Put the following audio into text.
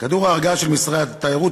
כדור הרגעה של משרד התיירות,